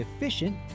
efficient